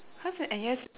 cause in N_U_S